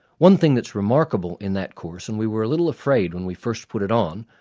one thing that's remarkable in that course, and we were a little afraid when we first put it on,